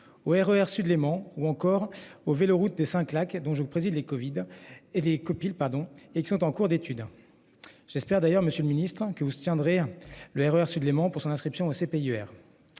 au RER Sud-Léman ou encore au vélo route des 5 lacs dont je préside les Covid et les copines pardon et qui sont en cours d'étude. J'espère d'ailleurs Monsieur le Ministre que vous tiendrez le RER Sud-Léman pour son inscription au CPER.